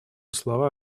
слова